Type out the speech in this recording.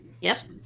Yes